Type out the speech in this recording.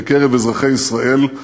בקרב אזרחי ישראל,